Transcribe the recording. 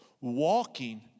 Walking